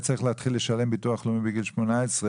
צריך להתחיל לשלם ביטוח לאומי בגיל 18,